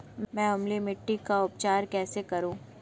मैं अम्लीय मिट्टी का उपचार कैसे करूं?